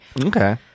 Okay